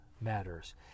matters